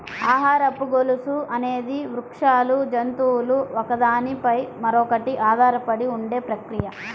ఆహారపు గొలుసు అనేది వృక్షాలు, జంతువులు ఒకదాని పై మరొకటి ఆధారపడి ఉండే ప్రక్రియ